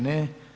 Ne.